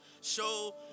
show